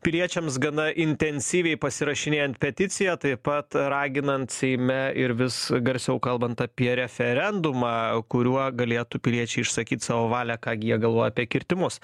piliečiams gana intensyviai pasirašinėjant peticiją taip pat raginant seime ir vis garsiau kalbant apie referendumą kuriuo galėtų piliečiai išsakyt savo valią ką gi jie galvoja apie kirtimus